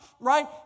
Right